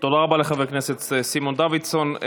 תודה רבה לחבר הכנסת סימון דוידסון.